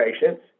patients